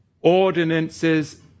ordinances